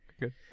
Good